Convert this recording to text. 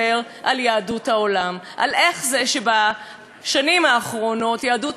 על איך זה שבשנים האחרונות יהדות העולם מתרחקת מאתנו.